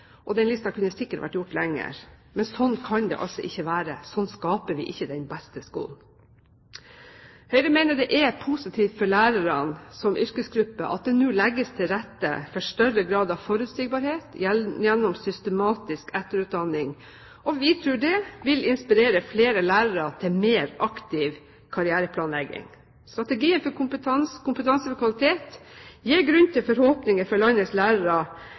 sikkert ha vært gjort lengre, men sånn kan det altså ikke være, sånn skaper vi ikke den beste skolen. Høyre mener at det er positivt for lærerne som yrkesgruppe at det nå legges til rette for større grad av forutsigbarhet gjennom systematisk etterutdanning. Vi tror det vil inspirere flere lærere til mer aktiv karriereplanlegging. Strategien for kompetanse ved kvalitet gir grunn til forhåpninger for landets lærere,